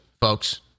folks